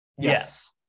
Yes